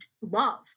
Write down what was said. love